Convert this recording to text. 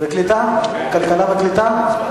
הקליטה והתפוצות נתקבלה.